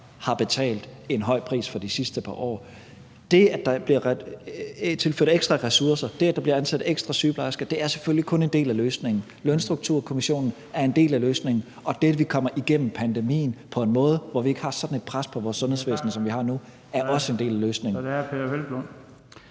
har betalt en høj pris for de sidste par år. Det, at der bliver tilført ekstra ressourcer, det, at der bliver ansat ekstra sygeplejersker, er selvfølgelig kun en del af løsningen, Lønstrukturkomitéen er en del af løsningen, og det, at vi kommer igennem pandemien på en måde, hvor vi ikke har sådan et pres på vores sundhedsvæsen, som vi har nu, er også en del af løsningen.